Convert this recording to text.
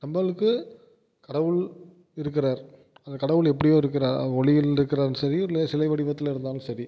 நம்மளுக்கு கடவுள் இருக்கிறார் அந்த கடவுள் எப்படியோ இருக்கிறார் அவர் ஒளியில் இருக்கிறாருனு சரி இல்லை சிலை வடிவத்தில் இருந்தாலும் சரி